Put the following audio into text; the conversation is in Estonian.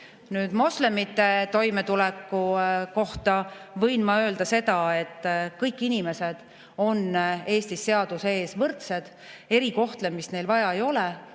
Nüüd, moslemite toimetuleku kohta võin ma öelda seda, et kõik inimesed on Eestis seaduse ees võrdsed. Erikohtlemist neil vaja ei ole.